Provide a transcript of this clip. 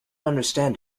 understand